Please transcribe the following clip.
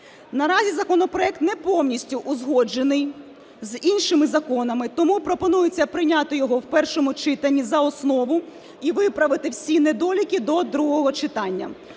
Наразі законопроект не повністю узгоджений з іншими законами, тому пропонується прийняти його в першому читанні за основу і виправити всі недоліки до другого читання.